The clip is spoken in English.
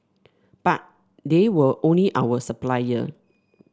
but they were only our supplier